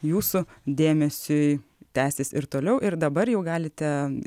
jūsų dėmesiui tęsis ir toliau ir dabar jau galite